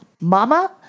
Mama